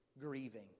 grieving